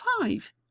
five